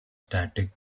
static